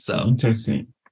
Interesting